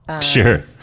Sure